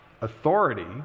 authority